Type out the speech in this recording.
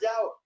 out